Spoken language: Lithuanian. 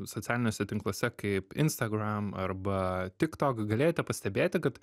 socialiniuose tinkluose kaip instagram arba tiktok galėjote pastebėti kad